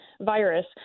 virus